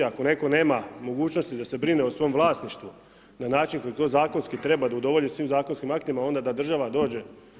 Ako netko nema mogućnosti da se brine o svim vlasništvu na način koji to zakonski treba da udovolji svim zakonskim aktima, onda da država dođe.